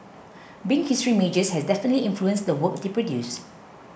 being history majors has definitely influenced the work they produce